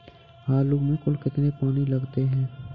आलू में कुल कितने पानी लगते हैं?